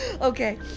Okay